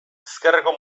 ezkerreko